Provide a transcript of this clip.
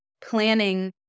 planning